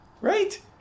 right